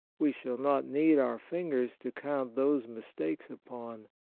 we shall not need our fingers to count those mistakes upon.